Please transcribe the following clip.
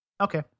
Okay